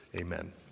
Amen